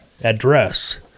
address